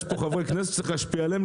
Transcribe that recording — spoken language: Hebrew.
יש פה חברי כנסת שצריך להשפיע עליהם.